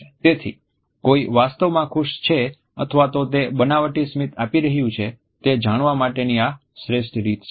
તેથી કોઈ વાસ્તવમાં ખુશ છે અથવા તો તે બનાવટી સ્મિત આપી રહ્યુ છે તે જાણવા માટેની આ શ્રેષ્ઠ રીત છે